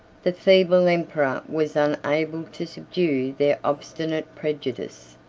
the feeble emperor was unable to subdue their obstinate prejudice,